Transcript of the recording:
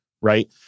right